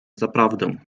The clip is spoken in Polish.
zaprawdę